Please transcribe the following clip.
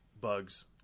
bugs